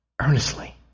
earnestly